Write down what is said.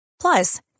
Plus